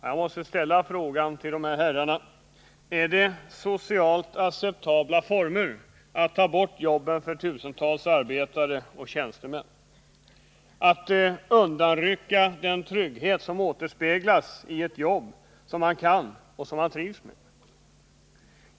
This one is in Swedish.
Jag måste ställa frågan till de här herrarna: Är det socialt acceptabla former att ta bort jobben för tusentals arbetare och tjänstemän, att undanrycka den trygghet som återspeglas i ett jobb som man kan och som man trivs med?